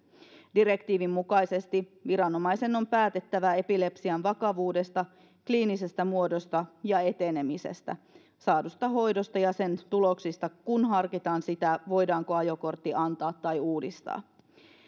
direktiivin mukaisesti viranomaisen on päätettävä epilepsian vakavuudesta kliinisestä muodosta ja etenemisestä saadusta hoidosta ja sen tuloksista kun harkitaan sitä voidaanko ajokortti antaa tai uudistaa